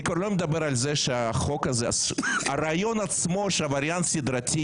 אני כבר לא מדבר על הרעיון עצמו שעבריין סדרתי